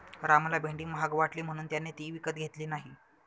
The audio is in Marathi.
रामला भेंडी महाग वाटली म्हणून त्याने ती विकत घेतली नाही